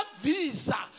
visa